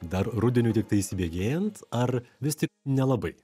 dar rudeniui tiktai įsibėgėjant ar vis tik nelabai